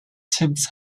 tips